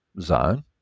zone